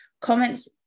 Comments